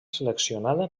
seleccionada